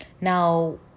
Now